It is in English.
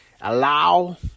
Allow